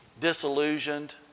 disillusioned